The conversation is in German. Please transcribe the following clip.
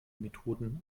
methoden